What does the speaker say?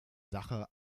sache